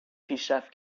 پیشرفت